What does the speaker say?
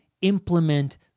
implement